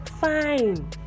Fine